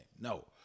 no